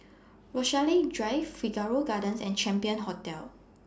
Rochalie Drive Figaro Gardens and Champion Hotel